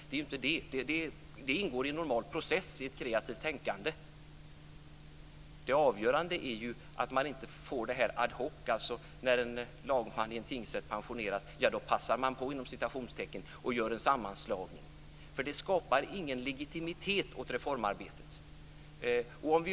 Det är inte det; det ingår i en normal process i ett kreativt tänkande. Det avgörande är att man inte gör det ad hoc, dvs. att man när en lagman i en tingsrätt pensioneras "passar på" att göra en sammanslagning. Det skapar ingen legitimitet åt reformarbetet.